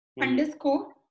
underscore